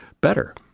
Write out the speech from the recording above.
better